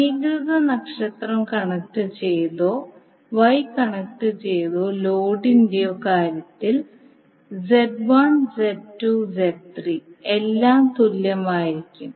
സമീകൃത നക്ഷത്രം കണക്റ്റുചെയ്തതോ Y കണക്റ്റുചെയ്ത ലോഡിന്റെയോ കാര്യത്തിൽ Z1 Z2 Z3 എല്ലാം തുല്യമായിരിക്കും